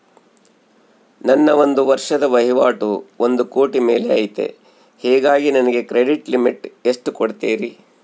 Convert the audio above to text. ನನ್ನ ಒಂದು ವರ್ಷದ ವಹಿವಾಟು ಒಂದು ಕೋಟಿ ಮೇಲೆ ಐತೆ ಹೇಗಾಗಿ ನನಗೆ ಕ್ರೆಡಿಟ್ ಲಿಮಿಟ್ ಎಷ್ಟು ಕೊಡ್ತೇರಿ?